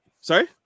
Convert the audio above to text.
Sorry